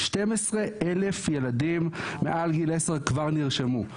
12 אלף ילדים מעל גיל 10 כבר נרשמו,